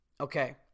Okay